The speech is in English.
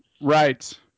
Right